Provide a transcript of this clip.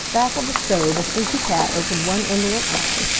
back of the stove a sleepy cat opened one indolent eye,